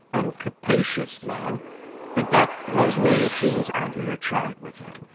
uncapacious man but that was when she was angry or tried with him.